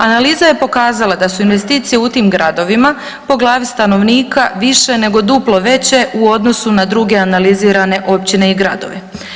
Analiza je pokazala da su investicije u tim gradovima po glavi stanovnika više nego duplo veće u odnosu na druge analizirane općine i gradove.